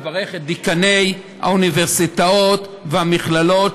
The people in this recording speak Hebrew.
לברך את דיקאני האוניברסיטאות והמכללות,